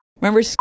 remember